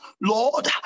Lord